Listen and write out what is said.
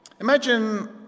Imagine